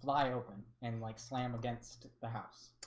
fly open and like slam against the house.